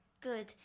Good